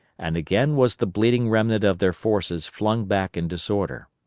and again was the bleeding remnant of their forces flung back in disorder.